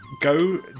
go